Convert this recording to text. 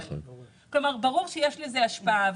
כלומר ברור שיש לזה השפעה,